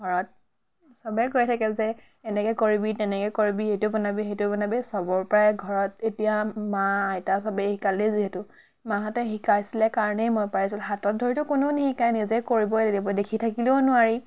ঘৰত চবে কৈ থাকে যে এনেকৈ কৰিবি তেনেকৈ কৰিবি এইটো বনাবি সেইটো বনাবি চবৰ পৰাই ঘৰত এতিয়া মা আইতা চবেই শিকালেই যিহেতু মাহঁতে শিকাইছিলে কাৰণেই মই পাৰিছিলোঁ হাতত ধৰিতো কোনোৱে নিশিকায় নিজে কৰিবই লাগিব দেখি থাকিলেও নোৱাৰি